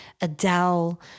Adele